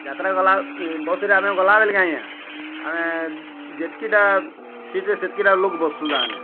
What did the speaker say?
ଯାତ୍ରା ଗଲା ବସ୍ରେ ଆମେ ଗଲା ବେଲେ କେ ଆଜ୍ଞା ଆମେ ଯେତ୍କିଟା ସିଟ୍ରେ ସେତ୍କିଟା ଲୋକ୍ ବସଚୁ ତାମାନେ